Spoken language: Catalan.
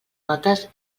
notes